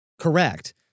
Correct